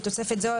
בתוספת זו,